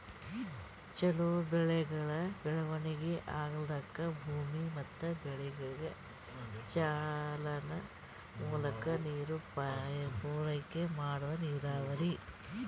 ಛಲೋ ಬೆಳೆಗಳ್ ಬೆಳವಣಿಗಿ ಆಗ್ಲಕ್ಕ ಭೂಮಿ ಮತ್ ಬೆಳೆಗಳಿಗ್ ಚಾನಲ್ ಮೂಲಕಾ ನೀರ್ ಪೂರೈಕೆ ಮಾಡದೇ ನೀರಾವರಿ